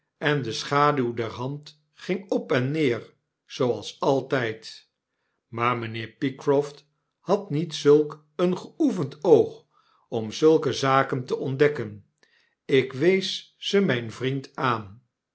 en de schaduw der hand ging op en neer zooals altyd maar mynheer pycroft had niet zulk een geoefend oog om zulke zaken te ontdekken ik wees ze myn vriend aan